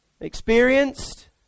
experienced